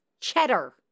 Cheddar